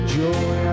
joy